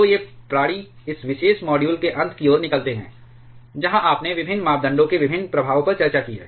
तो ये प्राणी इस विशेष मॉड्यूल के अंत की ओर निकलते हैं जहाँ आपने विभिन्न मापदंडों के विभिन्न प्रभावों पर चर्चा की है